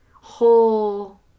whole